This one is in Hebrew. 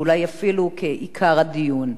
ואולי אפילו כעיקר הדיון.